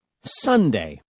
Sunday